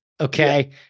okay